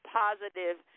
positive